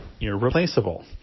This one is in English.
irreplaceable